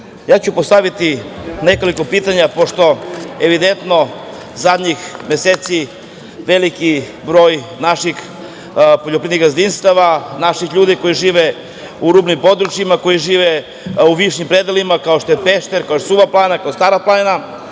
Zahvaljujem. Postaviću nekoliko pitanja, pošto evidentno zadnjih nekoliko meseci veliki broj naših poljoprivrednih gazdinstava, naših ljudi koji žive u rubnim područjima, koji žive u višim predelima, kao što je Pešter, kao što je Suva planina, kao Stara planina,